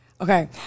okay